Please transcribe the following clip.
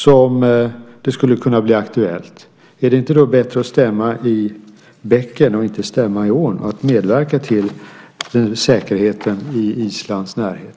Är det då inte bättre att stämma i bäcken och inte i ån och i stället medverka till säkerheten i Islands närhet?